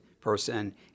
person